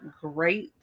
great